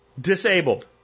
disabled